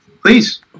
Please